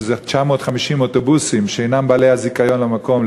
שזה 950 אוטובוסים שאינם בעלי הזיכיון במקום,